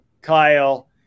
Kyle